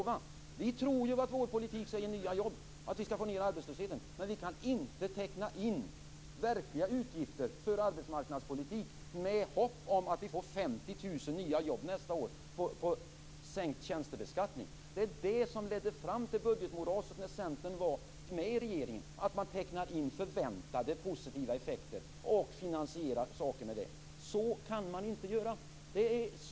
Vi tror att vår politik skall ge nya jobb, att vi skall få ned arbetslösheten. Men vi kan inte inteckna verkliga utgifter för arbetsmarknadspolitik med hopp om att vi får 50 000 nya jobb nästa år på grund av sänkt tjänstebeskattning. Det var det som ledde fram till budgetmoraset när Centern var med i regeringen, att man tecknade in förväntade positiva effekter som finansiering. Så kan man inte göra.